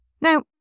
Now